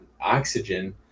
oxygen